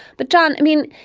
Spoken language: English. but, don, i mean,